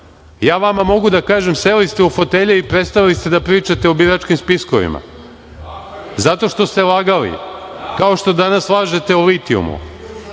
Ja vama mogu da kažem, seli ste u fotelje i prestali ste da pričate o biračkim spiskovima, zato što ste lagali, kao što danas lažete o litijumu